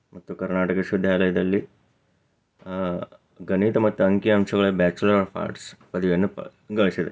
ಮತ್ತು ಕರ್ನಾಟಕ ವಿಶ್ವವಿದ್ಯಾಲಯದಲ್ಲಿ ಗಣಿತ ಮತ್ತು ಅಂಕಿ ಅಂಶಗಳ ಬ್ಯಾಚುಲರ್ ಆಫ್ ಆರ್ಟ್ಸ್ ಪದವಿಯನ್ನು ಗಳಿಸಿದ್ರು